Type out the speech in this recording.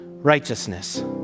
righteousness